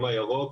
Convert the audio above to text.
גם הקו הירוק.